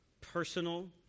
personal